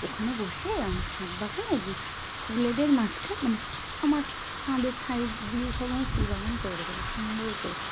ওখানে বসে আমার ছাদ বাগানে ফুলেদের মাঝখানে মানে আমার ছাদের সাইড দিয়ে সব আমি ফুলবাগান করে রেখেছি সুন্দর করে